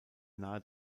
nahe